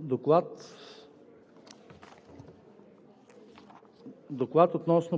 гласуване